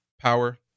Power